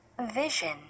Vision